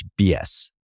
BS